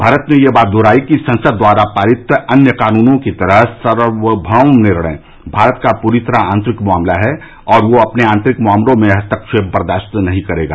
भारत ने यह बात दोहराई कि संसद द्वारा पारित अन्य कानूनों की तरह सार्वमौम निर्णय भारत का पूरी तरह आंतरिक मामला है और वह अपने आंतरिक मामलों में हस्तक्षेप बर्दास्त नहीं करेगा